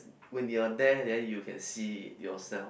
when you are there then you can see yourself